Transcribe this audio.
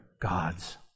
gods